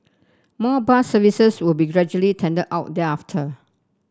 more bus services will be gradually tendered out thereafter